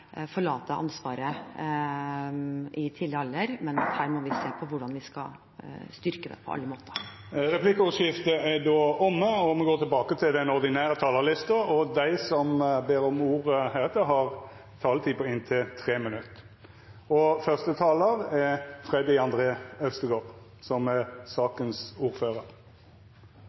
forlate ansvaret i tidlig alder, men se på hvordan vi skal styrke det på alle måter. Replikkordskiftet er omme. Dei talarane som har ordet heretter, har ei taletid på inntil 3 minutt. Det meste i denne proposisjonen er det stor tverrpolitisk enighet om, og